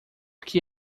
que